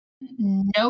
no